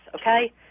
okay